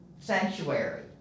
sanctuary